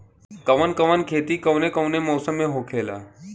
कवन कवन खेती कउने कउने मौसम में होखेला?